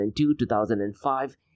2002-2005